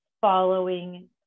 following